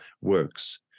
works